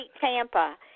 Tampa